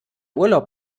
urlaub